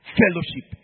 fellowship